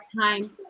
time